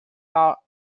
thought